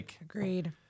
Agreed